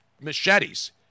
machetes